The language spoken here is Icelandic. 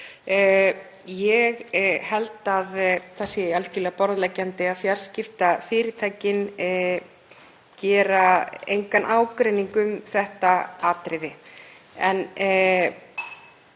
Ég held að það sé algjörlega borðleggjandi að fjarskiptafyrirtækin geri engan ágreining um þetta atriði,